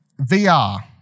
VR